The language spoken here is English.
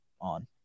on